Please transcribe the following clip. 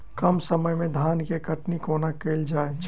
कम समय मे धान केँ कटनी कोना कैल जाय छै?